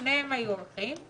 הם בליבה של ועדת החוקה.